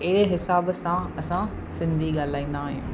अहिड़े हिसाब सां असां सिंधी ॻाल्हाईंदा आहियूं